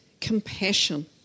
compassion